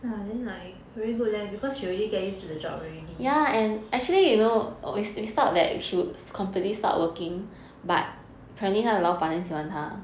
!wah! then like very good leh because she already get used to the job already